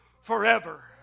forever